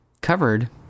covered